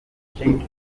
straight